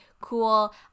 cool